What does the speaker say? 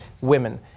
women